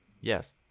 Yes